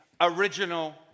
original